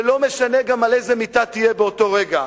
ולא משנה גם באיזו מיטה תהיה באותו רגע,